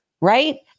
Right